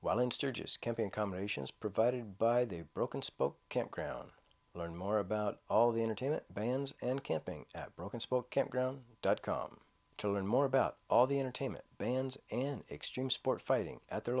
while in sturgis camping combinations provided by the broken spoke campground learn more about all the entertainment bans and camping at broken spoke campground dot com to learn more about all the entertainment bans in extreme sport fighting at their